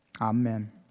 Amen